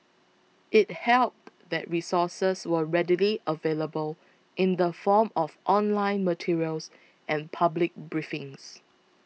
it helped that resources were readily available in the form of online materials and public briefings